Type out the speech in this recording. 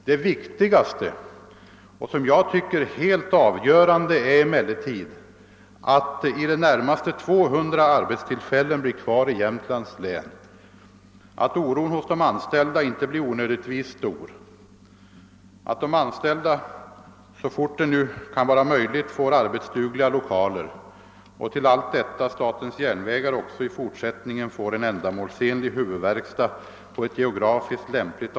Det viktigaste och enligt min mening helt avgörande är emellertid att i det närmaste 200 arbetstillfällen bevaras i Jämtländs län, att oron hos de anställda inte blir onödigtvis stor och att de så fort som möjligt får arbetsdugliga lokaler. Till allt detta kommer alt statens järnvägar också i fortsättningen bör ha en ändamålsenlig huvudverkstad på ett geografiskt lämpligt